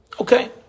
Okay